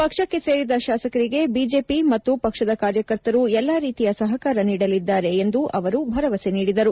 ಪಕ್ಷಕ್ಕೆ ಸೇರಿದ ಶಾಸಕರಿಗೆ ಬಿಜೆಪಿ ಮತ್ತು ಪಕ್ಷದ ಕಾರ್ಯಕರ್ತರು ಎಲ್ಲ ರೀತಿಯ ಸಹಕಾರ ನೀಡಲಿದ್ದಾರೆ ಎಂದು ಅವರು ಭರವಸೆ ನೀಡಿದರು